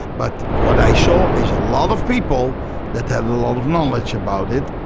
but what i saw is a lot of people that have a lot of knowledge about it.